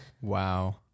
Wow